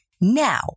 now